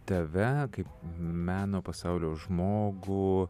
tave kaip meno pasaulio žmogų